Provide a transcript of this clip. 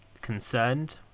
concerned